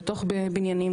לתוך בניינים,